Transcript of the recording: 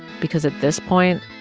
because at this point,